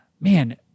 man